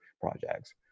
projects